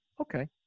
Okay